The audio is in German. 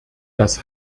das